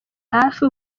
hafi